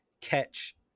catch